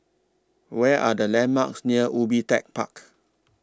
Where Are The landmarks near Ubi Tech Park